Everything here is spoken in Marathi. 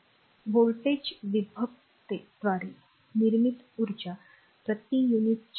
व्होल्टेज विभक्ततेद्वारे निर्मित ऊर्जा प्रति युनिट चार्ज आहे